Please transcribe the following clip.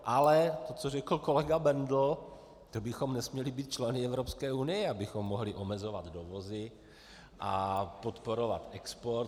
Ale to, co řekl kolega Bendl, to bychom nesměli být členy Evropské unie, abychom mohli omezovat dovozy a podporovat export.